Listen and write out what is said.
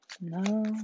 no